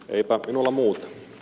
eipä minulla muuta